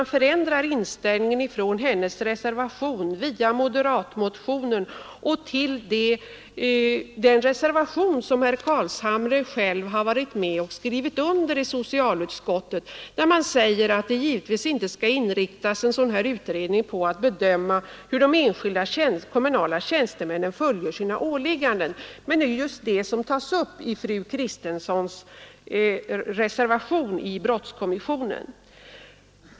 Då ser man hur inställningen förändras från hennes reservation via moderatmotionen till den reservation som herr Carlshamre själv har varit med om att skriva under i socialutskottet. I den sistnämnda reservationen står att utredningen ”givetvis inte skall inriktas på att bedöma hur de enskilda kommunala tjänstemännen fullgör sina åligganden”. Men det är just det som tas upp i fru Kristenssons reservation i brottskommissionen.